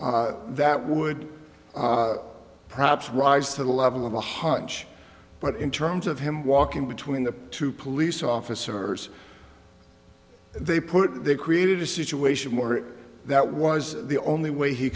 that would perhaps rise to the level of a hunch but in terms of him walking between the two police officers they put they created a situation where that was the only way he